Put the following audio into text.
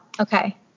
Okay